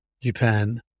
japan